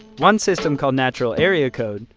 one system called natural area code,